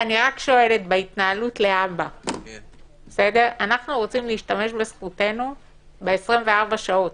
בהתנהלות להבא אנחנו רוצים להשתמש בזכותנו ב-24 השעות,